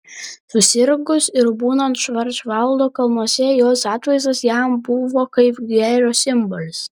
susirgus ir būnant švarcvaldo kalnuose jos atvaizdas jam buvo kaip gėrio simbolis